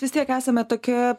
vis tiek esame tokioje